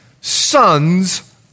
sons